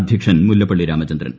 അധ്യക്ഷൻ മുല്ലപ്പള്ളി രാമചന്ദ്രൻ